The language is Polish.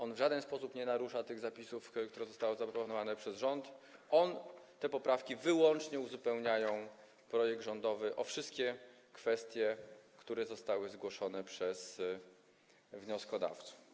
On w żaden sposób nie narusza tych zapisów, które zostały zaproponowane przez rząd, te poprawki wyłącznie uzupełniają projekt rządowy o wszystkie kwestie, które zostały zgłoszone przez wnioskodawców.